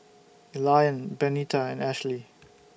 Elian Benita and Ashly